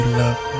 love